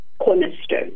cornerstone